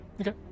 Okay